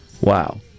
Wow